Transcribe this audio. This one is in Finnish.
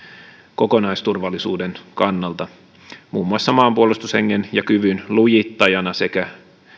kokonaisturvallisuuden kannalta muun muassa maanpuolustushengen ja kyvyn lujittajana sekä